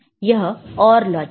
यह OR logic है